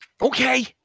Okay